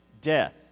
death